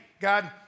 God